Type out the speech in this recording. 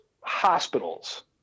hospitals